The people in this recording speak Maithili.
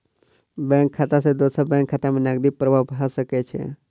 बैंक खाता सॅ दोसर बैंक खाता में नकदी प्रवाह भ सकै छै